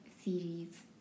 series